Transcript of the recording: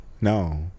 No